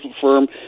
firm